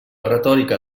retòrica